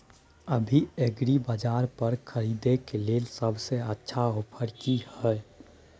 अभी एग्रीबाजार पर खरीदय के लिये सबसे अच्छा ऑफर की हय?